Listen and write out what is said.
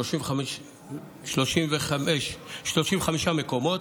35 מקומות,